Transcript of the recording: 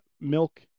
milk